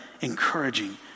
encouraging